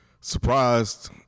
surprised